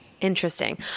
Interesting